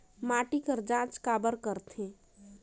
माटी कर जांच काबर करथे?